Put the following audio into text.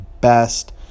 best